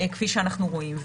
כפי שאנחנו רואים.